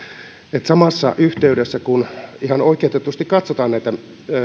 että samassa yhteydessä kun ihan oikeutetusti katsotaan